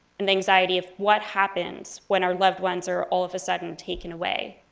an anxiety of what happens when our loved ones are all of a sudden taken away.